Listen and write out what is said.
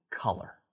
color